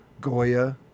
Goya